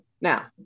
Now